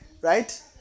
right